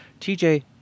TJ